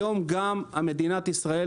היום גם מדינת ישראל,